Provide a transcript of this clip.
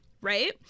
right